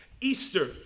Easter